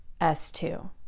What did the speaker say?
S2